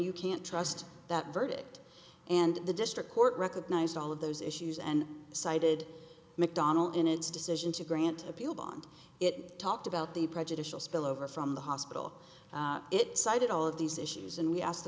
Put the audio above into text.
you can't trust that verdict and the district court recognized all of those issues and cited mcdonnell in its decision to grant appeal bond it talked about the prejudicial spillover from the hospital it cited all of these issues and we asked the